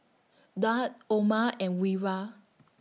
Daud Omar and Wira